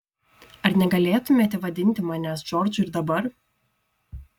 ar negalėtumėte vadinti manęs džordžu ir dabar